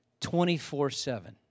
24-7